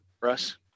Russ